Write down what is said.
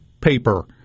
paper